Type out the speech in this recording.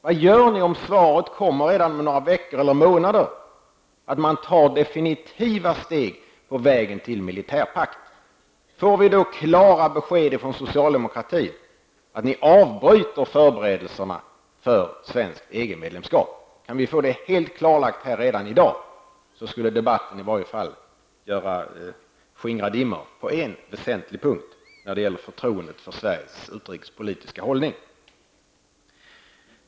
Vad gör ni om svaret kommer om några veckor eller månader att man tar definitiva steg på vägen mot en militärpakt? Får vi då klara besked från socialdemokratin att ni avbryter förberedelserna för svenskt EG-medlemskap? Kunde vi få detta helt klarlagt redan här i dag skulle debatten skingra dimmorna på i varje fall en väsentlig punkt när det gäller förtroendet för Sveriges utrikespolitiska hållning.